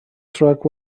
truck